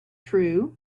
true